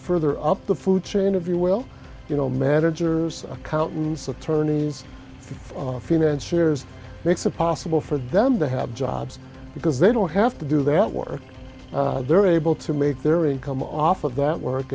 further up the food chain of you well you know managers accountants attorneys financiers makes it possible for them to have jobs because they don't have to do that work they're able to make their income off of that work